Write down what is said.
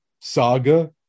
saga